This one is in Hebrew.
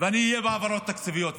ואני אהיה בהעברות התקציביות,